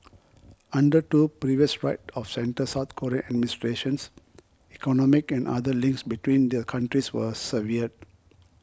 under two previous right of centre South Korean administrations economic and other links between the countries were severed